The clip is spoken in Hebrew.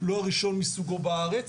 לא ראשון מסוגו בארץ,